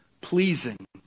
pleasing